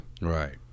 Right